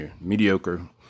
Mediocre